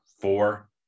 four